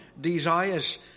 desires